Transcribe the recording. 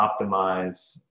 optimize